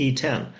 E10